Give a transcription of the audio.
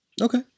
Okay